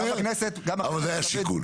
אבל זה היה שיקול.